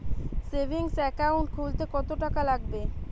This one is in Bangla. সেভিংস একাউন্ট খুলতে কতটাকা লাগবে?